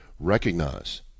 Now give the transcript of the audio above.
recognize